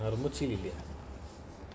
ah no more chill already ah